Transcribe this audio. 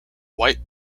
white